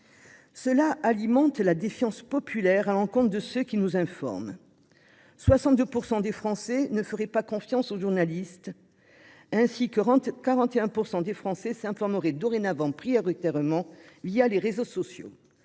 alimente la défiance populaire à l'encontre de ceux qui nous informent : 62 % des Français ne feraient pas confiance aux journalistes et 41 % d'entre eux s'informeraient dorénavant prioritairement les réseaux sociaux,